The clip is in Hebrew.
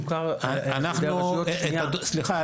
מוכר גם על ידי הרשויות --- סליחה,